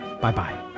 Bye-bye